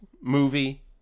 movie